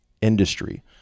industry